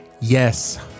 Yes